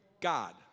God